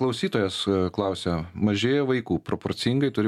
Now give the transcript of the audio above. klausytojas klausia mažėja vaikų proporcingai turi